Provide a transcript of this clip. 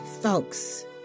folks